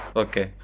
okay